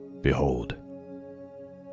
Behold